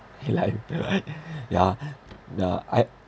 he like yeah yeah I